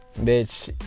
bitch